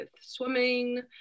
swimming